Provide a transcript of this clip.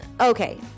okay